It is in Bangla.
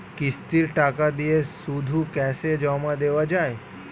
কিস্তির টাকা দিয়ে শুধু ক্যাসে জমা দেওয়া যায়?